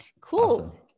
cool